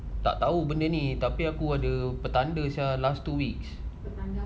tak tahu benda ini tapi aku ada petanda sia last two weeks